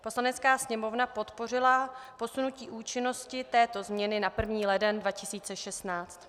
Poslanecká sněmovna podpořila posunutí účinnosti této změny na 1. leden 2016.